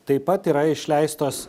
taip pat yra išleistos